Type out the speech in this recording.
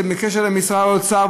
זה בקשר למשרד האוצר,